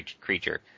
creature